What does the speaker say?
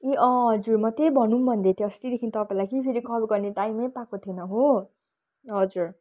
ए अँ हजुर म त्यही भनौँ भन्दै थिएँ अस्तिदेखिन् तपाईँलाई कि फेरि कल गर्ने टाइम नै पाएको थिइनँ हो हजुर